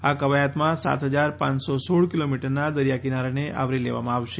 આ ક્વાયતમાં સાત હજાર પાંચસો સોળ કિલોમીટરના દરિયાકિનારાને આવરી લેવામાં આવશે